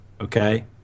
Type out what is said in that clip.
okay